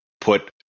put